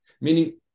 meaning